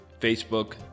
Facebook